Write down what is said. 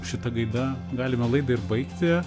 šita gaida galime laidą ir baigti